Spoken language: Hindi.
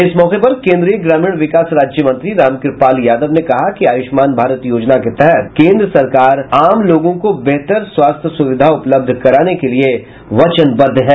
इस मौके पर केन्द्रीय ग्रामीण विकास राज्य मंत्री रामकृपाल यादव ने कहा कि आयुष्मान भारत योजना के तहत केन्द्र सरकार आम लोगों को बेहतर स्वास्थ्य सुविधा उपलब्ध कराने के लिए वचनबद्ध है